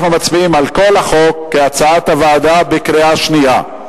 אנחנו מצביעים על כל החוק כהצעת הוועדה בקריאה שנייה.